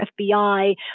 FBI